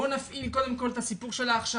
בוא נפעיל קודם כל את הסיפור של ההכשרה,